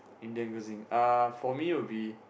Indian cuisine uh for me will be